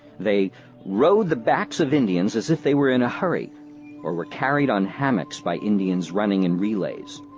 they rode the backs of indians if they were in a hurry or were carried on hammocks by indians running in relays.